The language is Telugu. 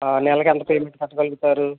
నెలకెంత పేమెంట్ కట్టగలుగుతారు